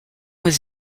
was